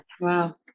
Wow